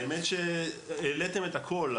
האמת שהעליתם את הכול,